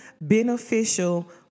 beneficial